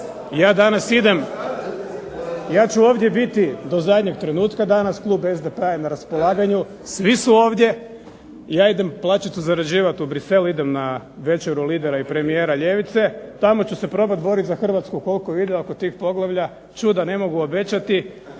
Ja danas idem, ja ću ovdje biti do zadnjeg trenutka danas. Klub SDP-a je na raspolaganju, svi su ovdje. Ja idem plaćicu zarađivati u Bruxelles, idem na večeru lidera i premijera ljevice. Tamo ću se probati boriti za Hrvatsku koliko ide oko tih poglavlja. Čuda ne mogu obećati,